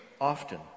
often